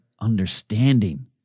understanding